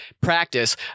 practice